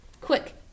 Quick